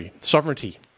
Sovereignty